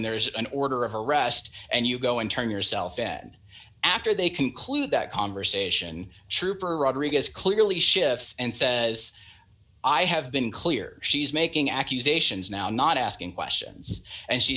there's an order of arrest and you go and turn yourself in after they conclude that conversation trooper rodriguez clearly shifts and says i have been clear she's making accusations now not asking questions and she